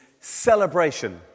celebration